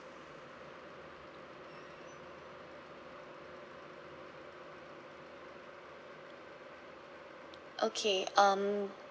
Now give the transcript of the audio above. okay um